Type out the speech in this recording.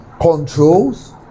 controls